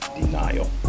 denial